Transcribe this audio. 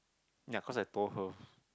ya cause I told her